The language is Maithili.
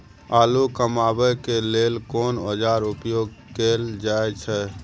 आलू कमाबै के लेल कोन औाजार उपयोग कैल जाय छै?